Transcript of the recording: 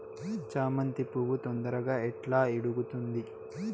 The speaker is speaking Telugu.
చామంతి పువ్వు తొందరగా ఎట్లా ఇడుగుతుంది?